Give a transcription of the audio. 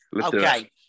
Okay